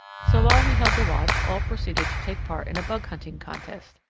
so while he held the watch all proceeded to take part in a bug-hunting contest.